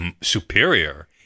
superior